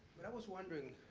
but i was wondering,